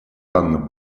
анна